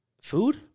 Food